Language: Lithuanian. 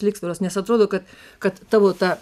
lygsvaros nes atrodo kad kad tavo ta